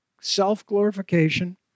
self-glorification